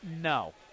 no